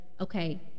okay